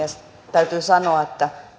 täytyy sanoa että